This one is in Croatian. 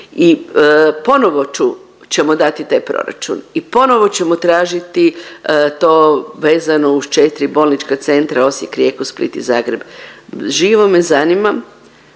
I ponovo ćemo dati taj proračun i ponovo ćemo tražiti to vezano uz 4 bolnička centra Osijek, Rijeku, Split i Zagreb. Živo me zanima